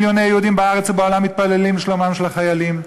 מיליוני יהודים בארץ ובעולם מתפללים לשלומם של החיילים,